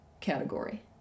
category